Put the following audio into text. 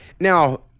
now